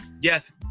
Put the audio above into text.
yes